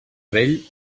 vell